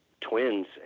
twins